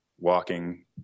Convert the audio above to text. walking